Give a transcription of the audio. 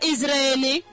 Israeli